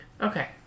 Okay